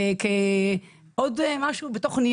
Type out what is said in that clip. אבל אני חייבת לומר שתזכורת כואבת לנושא